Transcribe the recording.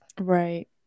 right